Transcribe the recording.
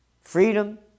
Freedom